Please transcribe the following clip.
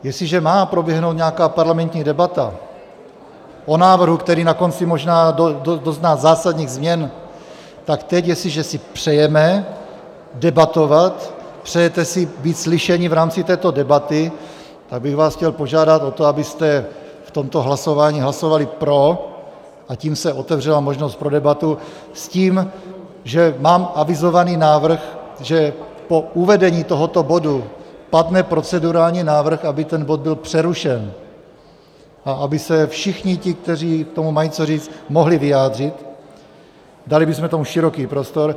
Jestliže má proběhnout nějaká parlamentní debata o návrhu, který na konci možná dozná zásadních změn, tak teď jestliže si přejeme debatovat, přejete si být slyšeni v rámci této debaty, tak bych vás chtěl požádat o to, abyste v tomto hlasování hlasovali pro a tím se otevřela možnost pro debatu s tím, že mám avizovaný návrh, že po uvedení tohoto bodu padne procedurální návrh, aby ten bod byl přerušen a aby se všichni ti, kteří k tomu mají co říct, mohli vyjádřit, dali bychom tomu široký prostor.